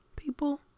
people